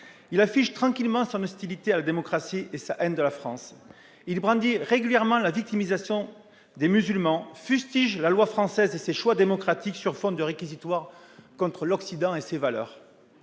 Il affiche tranquillement son hostilité à la démocratie et sa haine de la France. Il brandit régulièrement la victimisation des musulmans, fustige la loi française et ses choix démocratiques sur fond de réquisitoire contre l'Occident et ses valeurs.